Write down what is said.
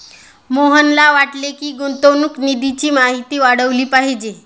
मोहनला वाटते की, गुंतवणूक निधीची माहिती वाढवली पाहिजे